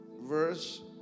verse